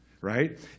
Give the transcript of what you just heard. Right